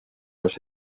los